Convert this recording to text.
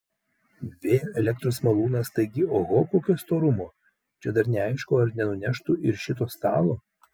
vėjo elektros malūnas taigi oho kokio storumo čia dar neaišku ar nenuneštų ir šito stalo